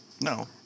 No